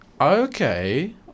Okay